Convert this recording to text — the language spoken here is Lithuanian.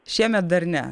šiemet dar ne